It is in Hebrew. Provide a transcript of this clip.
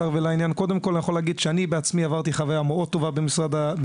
קודם כל אני יכול להגיד שאני בעצמי עברתי חוויה מאוד טובה במרב"ד,